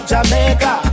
Jamaica